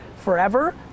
forever